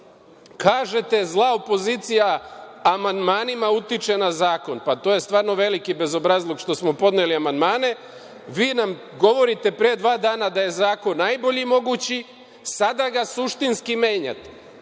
- zla opozicija amandmanima utiče na zakon. Pa, to je stvarno veliki bezobrazluk što smo podneli amandmane. Vi nam govorite pre dva dana da je zakon najbolji mogući. Sada ga suštinski menjate. Moja